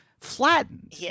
flattened